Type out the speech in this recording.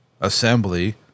assembly